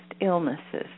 illnesses